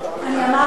אני אמרתי,